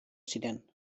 ziren